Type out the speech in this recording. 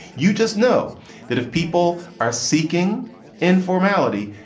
you just know that if people are seeking informality,